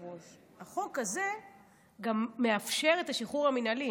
אדוני היושב-ראש: החוק הזה גם מאפשר את השחרור המינהלי.